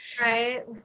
Right